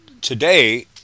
today